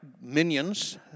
minions